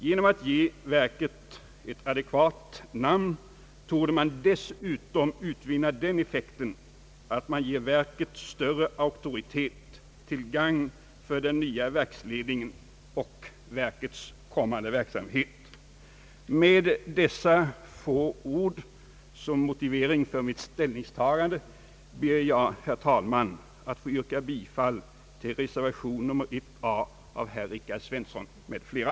Genom att ge verket ett adekvat namn torde man dessutom utvinna den effekten, att man ger verket större auktoritet till gagn för den nya verksledningen och verkets kommande verksamhet. Med dessa få ord som motivering för mitt ställningstagande ber jag, herr talman, att få yrka bifall till reservation nr 1 a av herr Svensson m.fl.